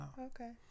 Okay